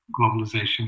globalization